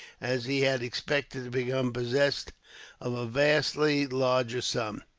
as he had expected to become possessed of a vastly larger sum.